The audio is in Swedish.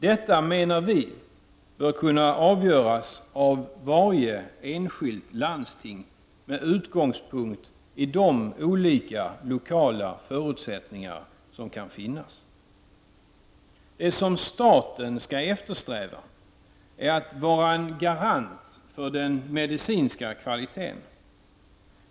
Detta menar vi bör kunna avgöras av varje enskilt landsting med utgångspunkt i de olika lokala förutsättningar som kan finnas. Det som staten skall eftersträva är att vara en garant för den medicinska kvaliteten.